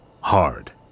hard